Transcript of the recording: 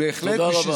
תודה רבה.